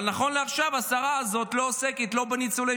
אבל נכון לעכשיו השרה הזאת לא עוסקת בניצולי